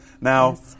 Now